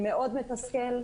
זה מאוד מתסכל,